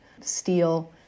steel